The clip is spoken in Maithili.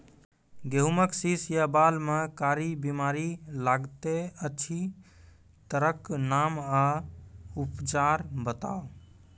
गेहूँमक शीश या बाल म कारी बीमारी लागतै अछि तकर नाम आ उपचार बताउ?